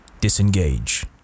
disengage